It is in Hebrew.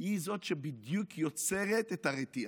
היא שבדיוק יוצרת את הרתיעה.